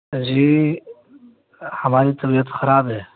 جی ہماری طبیعت خراب ہے